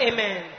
Amen